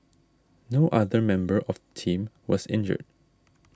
no other member of team was injured